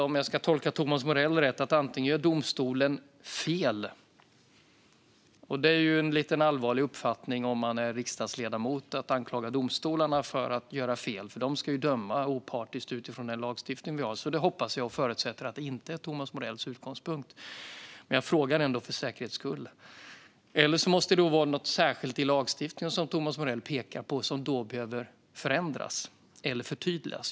Om jag tolkar Thomas Morell rätt innebär det i så fall att domstolen antingen gör fel - det är allvarligt om man som riksdagsledamot anklagar domstolarna för att göra fel, för de ska ju döma opartiskt utifrån den lagstiftning vi har, och därför hoppas jag och förutsätter att det inte är Thomas Morells utgångspunkt, men jag frågar ändå för säkerhets skull - eller så måste det vara något särskilt i lagstiftningen som Thomas Morell pekar på som behöver förändras eller förtydligas.